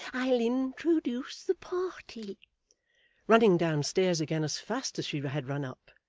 i'll introduce the party running downstairs again as fast as she had run up,